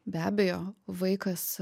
be abejo vaikas